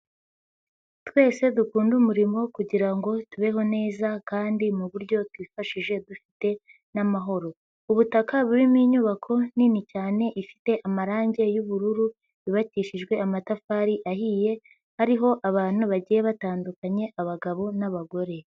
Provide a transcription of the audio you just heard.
Twese dukundade umurimo kugira ngo tubeho neza kandi mu buryo twifashishije dufite n'amahoro. Ubutaka burimo inyubako nini cyane ifite amarangi y'ubururu yubakishijwe amatafari ahiye, hariho abantu bagiye batandukanya abagabo n'abagore.